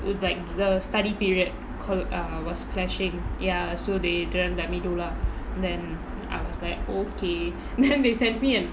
like the study period called was clashing ya so they didn't let me do lah then I was like okay then they sent me an